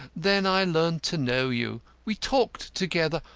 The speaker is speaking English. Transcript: then i learnt to know you. we talked together.